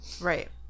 Right